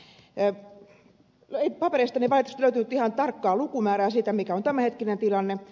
ei papereistani valitettavasti löytynyt ihan tarkkaa lukumäärää siitä mikä on tämänhetkinen tilanne